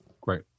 Great